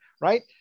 Right